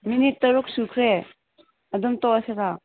minute ꯇꯔꯨꯛ ꯁꯨꯈ꯭ꯔꯦ ꯑꯗꯨꯝ ꯇꯣꯛꯑꯁꯤꯔꯥ